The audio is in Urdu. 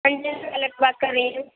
بات کر رہی ہوں